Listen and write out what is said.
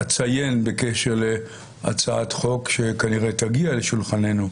אציין בקשר להצעת חוק שכנראה תגיע לשולחננו,